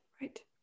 Right